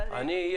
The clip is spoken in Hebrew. אדוני.